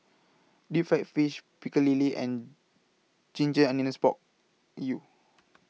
Deep Fried Fish Pecel Lele and Ginger Onions Pork U